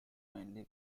mainly